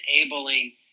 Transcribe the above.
enabling